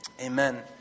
Amen